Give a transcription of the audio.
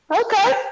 Okay